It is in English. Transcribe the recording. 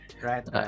right